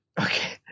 Okay